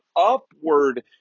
upward